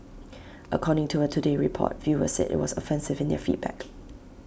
according to A today Report viewers said IT was offensive in their feedback